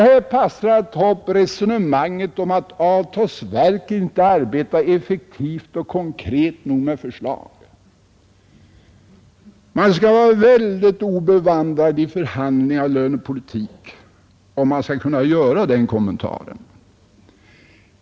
Här passar det att ta upp resonemanget att avtalsverket inte arbetar effektivt och konkret nog med förslag. Man skall vara väldigt obevandrad i förhandlingar och lönepolitik om man skall kunna göra det påståendet.